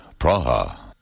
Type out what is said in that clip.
Praha